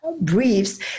briefs